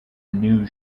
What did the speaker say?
new